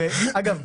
אגב,